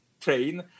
train